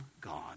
God